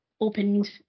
Opened